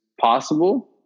possible